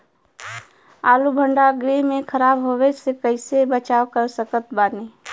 आलू भंडार गृह में खराब होवे से कइसे बचाव कर सकत बानी?